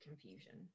confusion